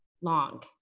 long